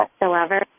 whatsoever